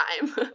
time